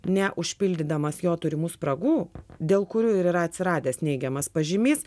neužpildydamas jo turimų spragų dėl kurių ir yra atsiradęs neigiamas pažymys